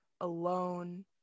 alone